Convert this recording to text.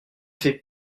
fait